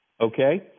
okay